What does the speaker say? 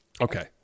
okay